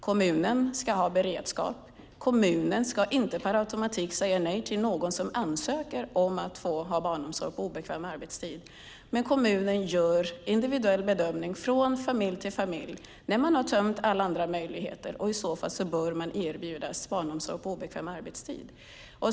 Kommunen ska ha beredskap, och kommunen ska inte per automatik säga nej till någon som ansöker om barnomsorg på obekväm arbetstid. Men kommunen gör en individuell bedömning från familj till familj. När alla andra möjligheter har tömts bör man erbjudas barnomsorg på obekväm arbetstid.